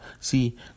See